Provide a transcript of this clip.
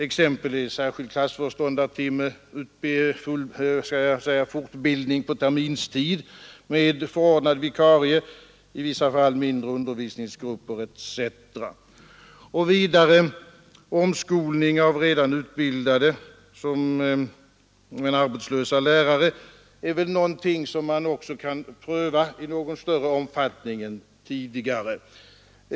Exempel är särskild klassföreståndartimme, fortbildning på terminstid med förordnad vikarie, i vissa fall mindre undervisningsgrupper etc. Omskolning av redan utbildade men arbetslösa lärare är något som också kan prövas i något större omfattning än tidigare.